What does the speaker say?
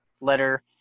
letter